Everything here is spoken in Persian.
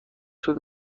طول